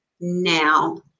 now